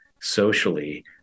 socially